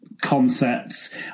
concepts